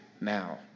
now